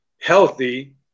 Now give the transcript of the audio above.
healthy